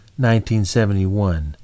1971